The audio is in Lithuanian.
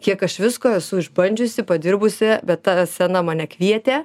kiek aš visko esu išbandžiusi padirbusi bet ta scena mane kvietė